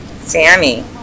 Sammy